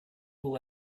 all